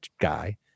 guy